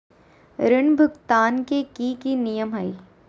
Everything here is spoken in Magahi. ऋण भुगतान के की की नियम है?